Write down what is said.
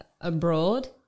abroad